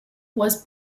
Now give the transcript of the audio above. was